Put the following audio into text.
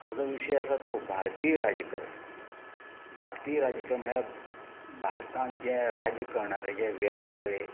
म्हाका जो विशय आसा तो भारतीय राजकरण भारतीय राजकरण म्हळ्यार भारतांत जे राज्य करणारें जें वेगवेगळे